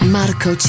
Marco